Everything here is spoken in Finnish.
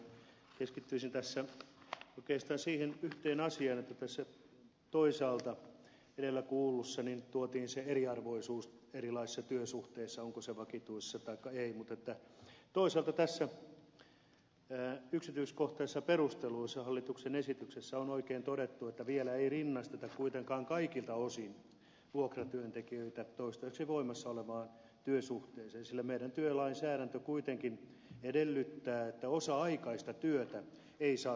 keskittyisin tässä oikeastaan siihen yhteen asiaan kun toisaalta edellä kuullussa tuotiin se eriarvoisuus erilaisissa työsuhteissa onko se vakituinen taikka ei mutta toisaalta näissä yksityiskohtaisissa perusteluissa hallituksen esityksessä on oikein todettu että vielä ei rinnasteta kuitenkaan kaikilta osin vuokratyötä toistaiseksi voimassa olevaan työsuhteeseen sillä meidän työlainsäädäntö kuitenkin edellyttää että osa aikaista työtä piisaa